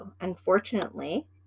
unfortunately